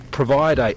provide